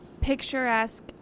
picturesque